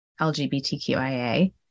LGBTQIA